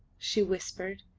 she whispered,